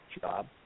job